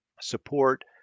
support